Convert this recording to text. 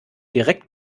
direkt